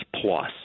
plus